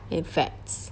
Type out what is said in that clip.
and fats